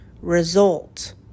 result